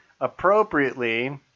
Appropriately